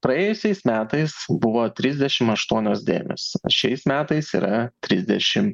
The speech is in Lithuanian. praėjusiais metais buvo trisdešim aštuonios dėmės šiais metais yra trisdešim